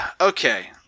Okay